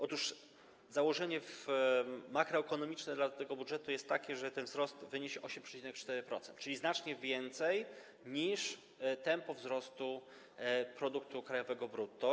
Otóż założenie makroekonomiczne dla tego budżetu jest takie, że ten wzrost wyniesie 8,4%, czyli znacznie więcej niż tempo wzrostu produktu krajowego brutto.